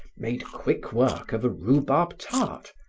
made quick work of a rhubarb tart,